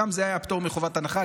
גם זה היה פטור מחובת הנחה,